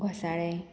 घोसाळें